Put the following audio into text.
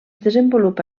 desenvolupa